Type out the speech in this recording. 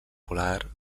polar